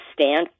stand